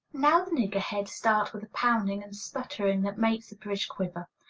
now the niggerheads start with a pounding and sputtering that make the bridge quiver.